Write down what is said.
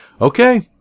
okay